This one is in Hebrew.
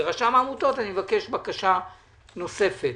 רשם העמותות, בקשה נוספת: